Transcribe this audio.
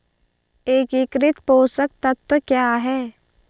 एकीकृत पोषक तत्व क्या है?